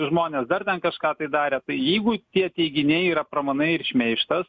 žmones dar ten kažką tai darė tai jeigu tie teiginiai yra pramanai ir šmeižtas